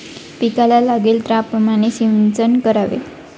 पिकाला लागेल त्याप्रमाणे सिंचन करावे